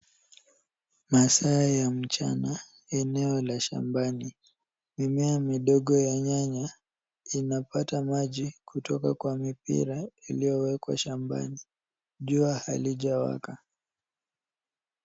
Masaa ya mchana eneo la shambani. Mimea midogo ya nyanya inapata maji kutoka kwa mipira iliyowekwa shambani. Jua halijawaka.